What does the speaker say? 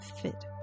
fit